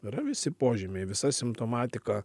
yra visi požymiai visa simptomatika